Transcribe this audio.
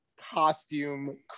costume